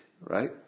right